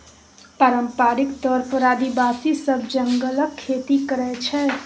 पारंपरिक तौर पर आदिवासी सब जंगलक खेती करय छै